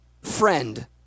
Friend